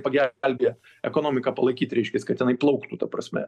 pagelbėja ekonomiką palaikyt reiškias kad jinai plauktų ta prasme